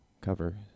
cover